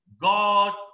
God